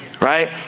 right